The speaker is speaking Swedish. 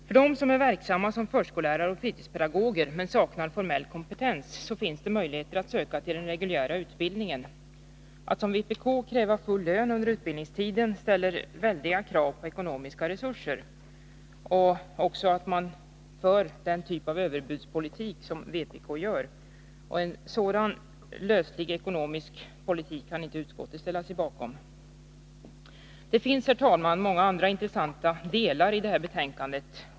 För dem som är verksamma som förskollärare och fritidspedagoger men saknar formell kompetens finns det möjligheter att söka till den reguljära utbildningen. Full lön under utbildningstiden, som vpk kräver, ställer väldiga krav på ekonomiska resurser. Att föra den typen av överbudspolitik och en sådan löslig ekonomisk politik som vpk gör kan utskottet inte gå med på. Det finns, herr talman, många andra intressanta delar i det här betänkandet.